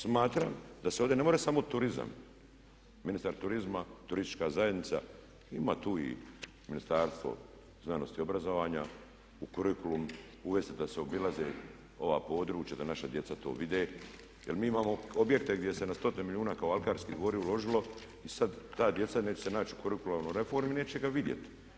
Smatram da se ovdje ne može samo turizam, ministar turizma, turistička zajednica ima tu i Ministarstvo znanosti i obrazovanja u kurikulum uvesti da se obilaze ova područja da naša djeca to vide jer mi imao objekte gdje se na stotine milijuna kao alkarski dvori uložilo i sad ta djeca neće se naći u kurikularnoj reformi i neće ga vidjeti.